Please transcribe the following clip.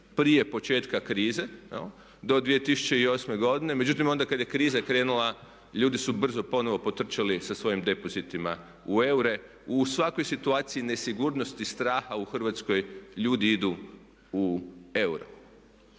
prije početka krize do 2008. godine. Međutim, onda kad je kriza krenula ljudi su brzo ponovno potrčali sa svojim depozitima u eure. U svakoj situaciji nesigurnosti, straha u Hrvatskoj ljudi idu u euro.